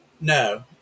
No